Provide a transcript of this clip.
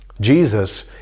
jesus